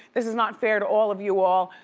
this is not fair to all of you all,